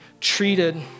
treated